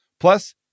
Plus